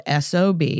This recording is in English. SOB